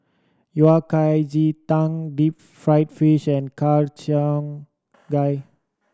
Yao Cai ji tang deep fried fish and Har Cheong Gai